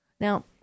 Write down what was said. Now